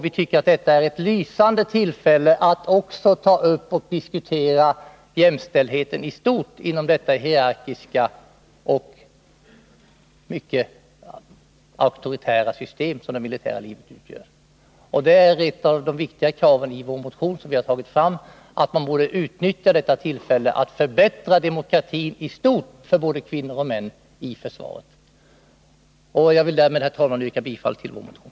Vi tycker att detta är ett lysande tillfälle att också diskutera jämställdheten i stort inom det hierarkiska och mycket auktoritära system som det militära livet utgör. Det är ett av de viktiga krav som vi anfört i vår motion — att man skall utnyttja detta tillfälle att förbättra demokratin i stort för både kvinnor och män i försvaret. Jag vill därmed, herr talman, yrka bifall till vår motion.